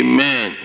Amen